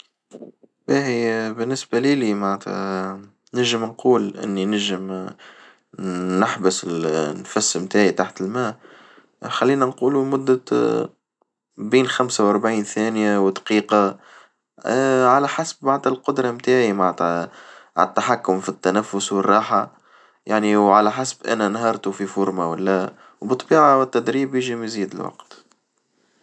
باهي بالنسبة ليلي معنتها نجم نقول اني نجم نحبس النفس متاعي تحت الماء خلينا نقولو مدة اه بين خمسة وربعين ثانية ودقيقة. اه على حسب بعض القدرة متاعي معنتها عالتحكم فالتنفس والراحة يعني وعلى حسب انا انهرتو في فورمة والا وبالطبيعة التدريب ينجم يزيد الوقت.